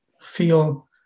feel